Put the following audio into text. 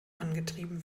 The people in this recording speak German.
angetrieben